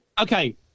Okay